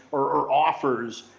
or offers,